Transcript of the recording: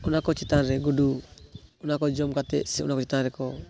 ᱚᱱᱟ ᱠᱚ ᱪᱮᱛᱟᱱ ᱨᱮ ᱜᱩᱰᱩ ᱚᱱᱟ ᱠᱚ ᱡᱚᱢ ᱠᱟᱛᱮ ᱥᱮ ᱚᱱᱟ ᱠᱚ ᱪᱮᱛᱟᱱ ᱨᱮ ᱠᱚ